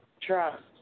trust